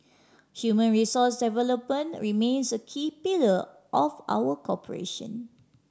human resource development remains a key pillar of our cooperation